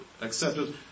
accepted